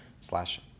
Slash